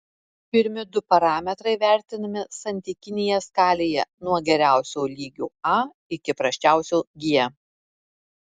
pirmi du parametrai vertinami santykinėje skalėje nuo geriausio lygio a iki prasčiausio g